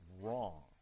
wrong